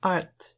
Art